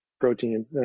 protein